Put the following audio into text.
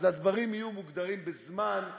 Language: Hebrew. אז הדברים יהיו מוגדרים בזמן,